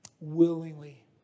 willingly